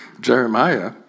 Jeremiah